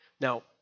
Now